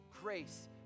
grace